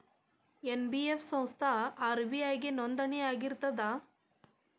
NBF ಸಂಸ್ಥಾ RBI ಗೆ ನೋಂದಣಿ ಆಗಿರ್ತದಾ?